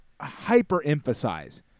hyper-emphasize